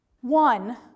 One